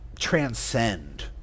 transcend